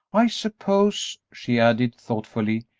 i suppose, she added thoughtfully,